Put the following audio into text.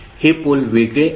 हे पोल वेगळे आहेत